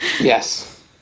Yes